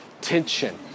Tension